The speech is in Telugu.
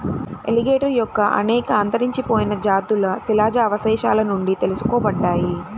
ఎలిగేటర్ యొక్క అనేక అంతరించిపోయిన జాతులు శిలాజ అవశేషాల నుండి తెలుసుకోబడ్డాయి